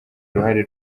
uruhare